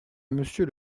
monsieur